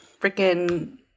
freaking